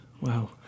Wow